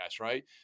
right